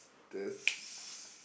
there's